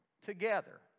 together